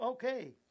Okay